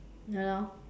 ya lor